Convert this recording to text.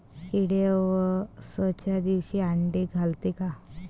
किडे अवसच्या दिवशी आंडे घालते का?